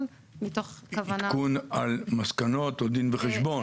מתוך כוונה --- עדכון על מסקנות או דין וחשבון?